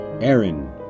Aaron